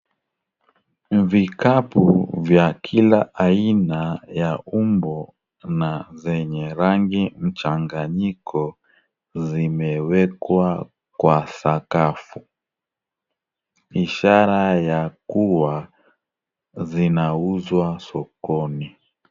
Vikapu vya kila aina ya umbo na zenye rangi mchanganyiko zimewekwa kwa sakafu, ishara ya kuwa zinauzwa sokoni.